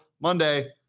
Monday